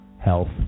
health